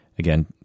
Again